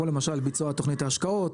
כמו למשל ביצוע תוכנית ההשקעות,